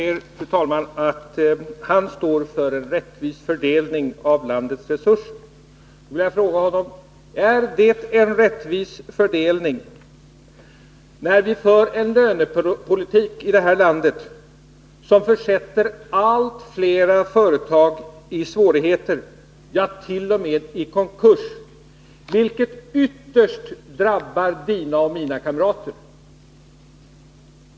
Fru talman! Herr Hagberg säger att han står för en rättvis fördelning av landets resurser. Då vill jag fråga honom: Är det en rättvis fördelning när vi i vårt land för en lönepolitik som försätter allt flera företag i svårigheter, ja, t.o.m. i konkurs, vilket ytterst drabbar hans och mina kamrater?